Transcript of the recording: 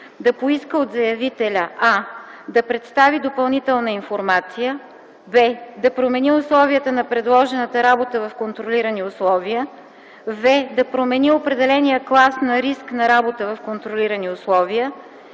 да поиска от заявителя: а) да представи допълнителна информация; б) да промени условията на предложената работа в контролирани условия; в) да промени определения клас на риск на работа в контролирани условия;